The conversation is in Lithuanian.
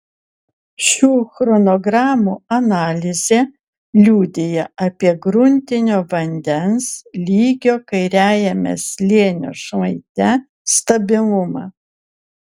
šių chronogramų analizė liudija apie gruntinio vandens lygio kairiajame slėnio šlaite stabilumą